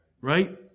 Right